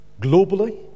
globally